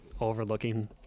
overlooking